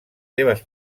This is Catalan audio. seves